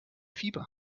fieber